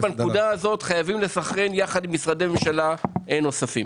בנקודה הזאת חייבים לסנכרן יחד עם משרדי ממשלה נוספים.